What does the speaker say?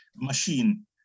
machine